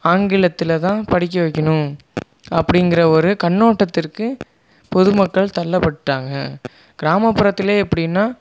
ஆங்கிலத்தில் தான் படிக்க வைக்கணும் அப்படிங்கிற ஒரு கண்ணோட்டத்திற்கு பொது மக்கள் தள்ளப்பட்டாங்க கிராமப்புறத்திலே இப்படின்னா